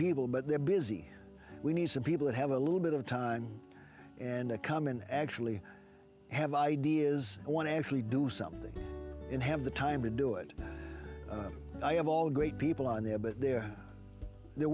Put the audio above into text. able but they're busy we need some people who have a little bit of time and a common actually have ideas and want to actually do something and have the time to do it i have all great people on there but they're the